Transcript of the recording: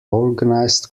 organised